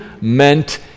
meant